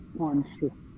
conscious